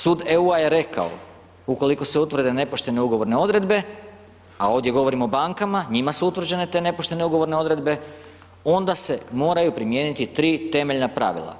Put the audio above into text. Sud EU-a je rekao, ukoliko se utvrde nepoštene ugovorne odredbe, a ovdje govorimo o bankama, njima su utvrđene te nepoštene ugovorne odredbe, onda se moraju primijeniti 3 temeljna pravila.